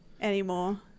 anymore